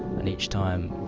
and each time,